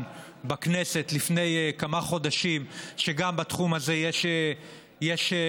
בכנסת לפני כמה חודשים שגם בתחום הזה יש בעצם